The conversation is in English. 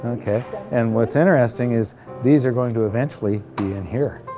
okay and what's interesting is these are going to eventually be in here.